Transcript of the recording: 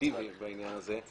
אפקטיבי בעניין הזה,